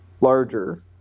larger